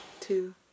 two